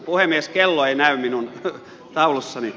puhemies kello ei näy minun taulussani